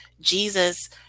Jesus